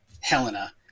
helena